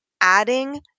adding